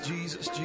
Jesus